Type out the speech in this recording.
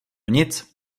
nic